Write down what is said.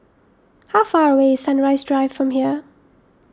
how far away is Sunrise Drive from here